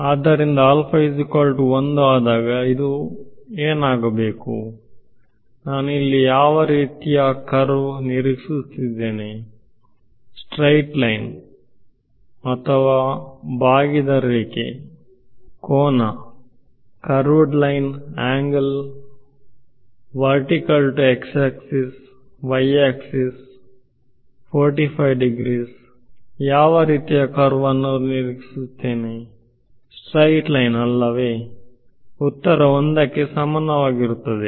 ಆದ್ದರಿಂದಆದಾಗ ಇದು ಏನಾಗಬೇಕು ನಾನು ಇಲ್ಲಿ ಯಾವ ರೀತಿಯ ಕರ್ವ್ ನಿರೀಕ್ಷಿಸುತ್ತೇನೆ ನೇರ ರೇಖೆ ಬಾಗಿದ ರೇಖೆ ಕೋನ ಲಂಬದಿಂದ x ಅಕ್ಷಕ್ಕೆ ವೈ ಅಕ್ಷಕ್ಕೆ 45 ಡಿಗ್ರಿಗಳಿಗೆ ನಾನು ಯಾವ ರೀತಿಯ ಕರ್ವ್ ಅನ್ನು ನಿರೀಕ್ಷಿಸುತ್ತೇನೆ ನೇರ ಫ್ಲಾಟ್ ಲೈನ್ ಅಲ್ಲವೇ ಉತ್ತರ 1 ಕ್ಕೆ ಸಮಾನವಾಗಿರುತ್ತದೆ